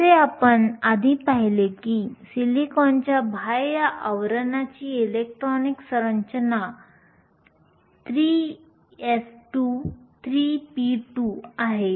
जसे आपण आधी पाहिले की सिलिकॉनच्या बाह्य आवरणाची इलेक्ट्रॉनिक सरंचना 3s2 3p2 आहे